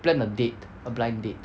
plan a date a blind date